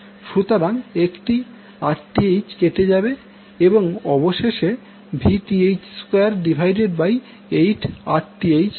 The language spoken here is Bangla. সুতরাং একটি Rth কেটে যাবে এবং অবশেষে আমরা Vth2 8Rth পাবো